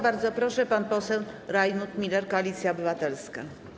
Bardzo proszę, pan poseł Rajmund Miller, Koalicja Obywatelska.